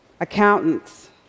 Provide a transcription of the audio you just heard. accountants